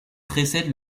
précède